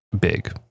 big